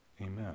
Amen